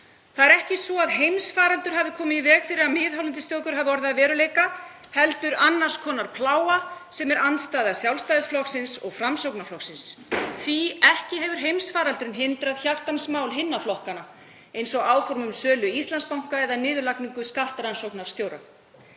Það er ekki svo að heimsfaraldur hafi komið í veg fyrir að miðhálendisþjóðgarður hafi orðið að veruleika, heldur annars konar plága sem er andstaða Sjálfstæðisflokksins og Framsóknarflokksins. Því að ekki hefur heimsfaraldurinn hindrað hjartans mál hinna flokkanna, eins og áform um sölu Íslandsbanka eða niðurlagningu skattrannsóknarstjóra.